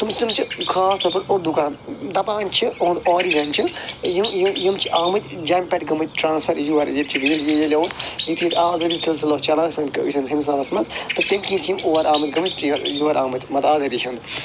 تِم تِم چھِ خاص طور پر اردو کران دپان چھِ اہنٛد آرِجن چھُ یِم یِم چھِ آمٕتۍ جۄمہِ پیٹھ گٔمٕتۍ ٹرانسفر یور ییٚتہِ چھِ ییٚلہِ اوس یُتھے ییٚتہِ آزٲدی سلسلہِ اوس چلان سٲنِس ہندُستانس منٛز تہِ تمہِ کِنۍ چھِ یِم اور آمٕتۍ یور آمٕتۍ گٔمٕتی مطلب آزٲدی ہنٛد